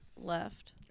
Left